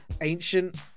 ancient